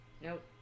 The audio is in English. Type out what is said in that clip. Nope